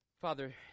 Father